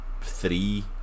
three